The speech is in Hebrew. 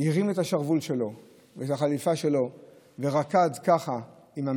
הרים את השרוול שלו ואת החליפה שלו ורקד עם המספר